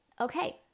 okay